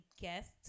guest